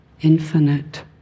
infinite